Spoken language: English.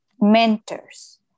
mentors